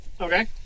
Okay